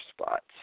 spots